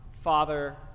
Father